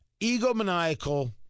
egomaniacal